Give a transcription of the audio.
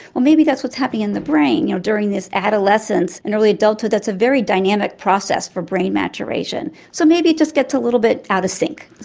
well maybe that's what's happening in the brain you know during this adolescence and early adulthood, that's a very dynamic process for brain maturation. so maybe it's just gets a little bit out of sync.